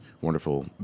wonderful